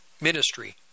ministry